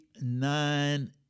nine